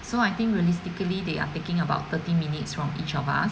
so I think realistically they are picking about thirty minutes from each of us